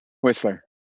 Whistler